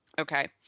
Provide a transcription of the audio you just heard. Okay